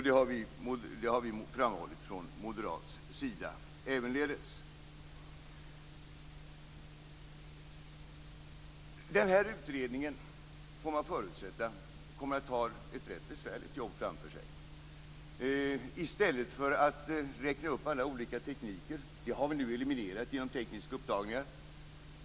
Det har vi framhållit från moderat sida. Man får nog förutsätta att den här utredningen har ett rätt besvärligt jobb framför sig. Problemet med att räkna upp alla olika tekniker har vi nu eliminerat genom frasen "tekniska upptagningar".